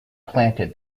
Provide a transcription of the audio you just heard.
planted